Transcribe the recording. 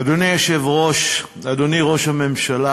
אדוני היושב-ראש, אדוני ראש הממשלה,